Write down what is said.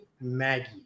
Maggie